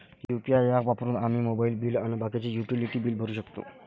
UPI app वापरून आम्ही mobile bill अन बाकीचे युटिलिटी बिल भरू शकतो